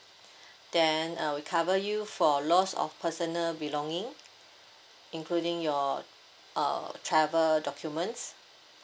then uh we cover you for loss of personal belonging including your uh travel documents